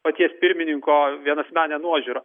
paties pirmininko vienasmene nuožiūra